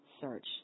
search